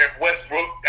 Westbrook